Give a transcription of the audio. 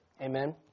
Amen